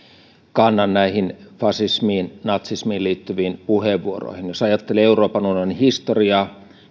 kannan näihin fasismiin natsismiin liittyviin puheenvuoroihin jos ajattelee euroopan unionin historiaa kuten